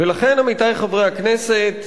ולכן, עמיתי חברי הכנסת,